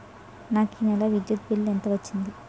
నాకు ఈ నెల విద్యుత్ బిల్లు ఎంత వచ్చింది?